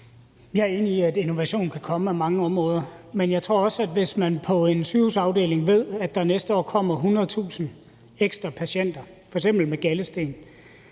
Jeg er enig i, at innovation kan komme på mange områder, men jeg tror også, at hvis man på en sygehusafdeling ved, at der næste år kommer 100.000 ekstra patienter med f.eks. galdesten,